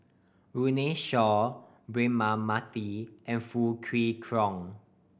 Runme Shaw Braema Mathi and Foo Kwee Horng